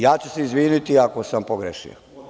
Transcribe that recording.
Ja ću se izvinuti ako sam pogrešio.